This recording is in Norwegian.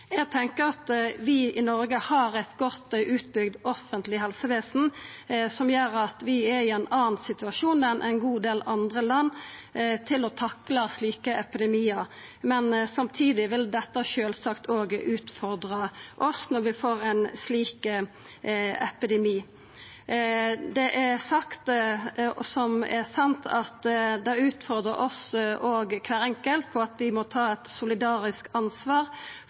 Eg tenkjer at vi i Noreg har eit godt utbygd offentleg helsevesen som gjer at vi er i ein annan situasjon enn ein god del andre land når det gjeld å takla slike epidemiar. Samtidig vil det sjølvsagt òg utfordra oss når vi får ein slik epidemi. Det er sagt, som sant er, at det òg utfordrar kvar enkelt av oss til å ta eit solidarisk ansvar